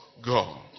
God